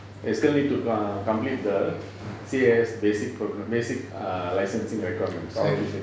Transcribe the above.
they still need to complete the C_A_S basic program err basic licencing requirements